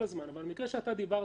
כל החוק הזה מטרתו, כפי שאמרתי,